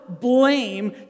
blame